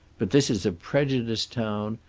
but this is a prejudiced town,